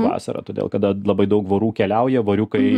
vasara todėl kada labai daug vorų keliauja voriukai